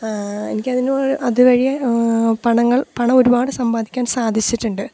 എനിക്കതിനോട് അതുവഴിയെ പണങ്ങൾ പണം ഒരുപാട് സമ്പാദിക്കാൻ സാധിച്ചിട്ടുണ്ട്